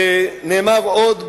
נאמר עוד בחז"לינו,